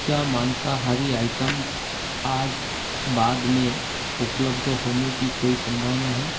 क्या माँसाहारी आइटम्स आज बाद में उपलब्ध होने की कोई संभावना है